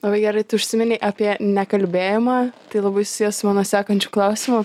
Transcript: labai gerai tai užsiminei apie nekalbėjimą tai labai susiję mano sekančiu klausimu